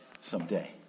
someday